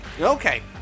Okay